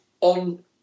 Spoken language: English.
On